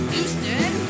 Houston